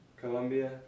Colombia